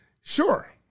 Sure